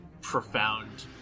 profound